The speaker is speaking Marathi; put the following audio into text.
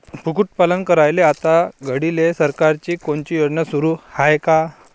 कुक्कुटपालन करायले आता घडीले सरकारची कोनची योजना सुरू हाये का?